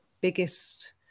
biggest